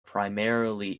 primarily